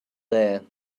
there